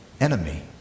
enemy